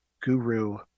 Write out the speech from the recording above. guru